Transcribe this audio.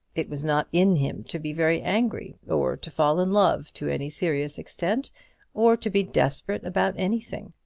it was not in him to be very angry or to fall in love, to any serious extent or to be desperate about anything.